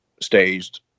staged